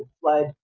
flood